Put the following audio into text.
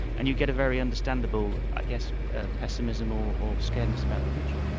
and you get a very understandable i guess ah pessimism or or scaredness about the future.